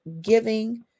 giving